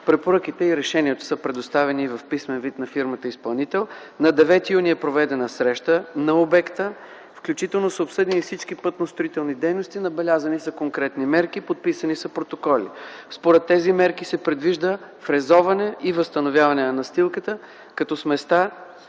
Препоръките и решенията са предоставени в писмен вид на фирмата-изпълнител. На 9 юни т.г. е проведена среща на обекта, обсъдени са всички пътно-строителни дейности, набелязани са конкретни мерки, подписани са протоколи. Според тези мерки се предвижда фрезоване и възстановяване на настилката, като сместа